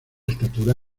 estatura